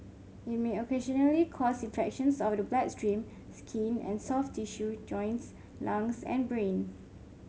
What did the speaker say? it may occasionally cause infections of the bloodstream skin and soft tissue joints lungs and brain